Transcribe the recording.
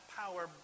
power